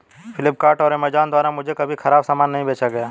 फ्लिपकार्ट और अमेजॉन द्वारा मुझे कभी खराब सामान नहीं बेचा गया